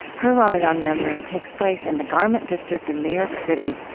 her ramadan memory takes place in the garment district of new york city,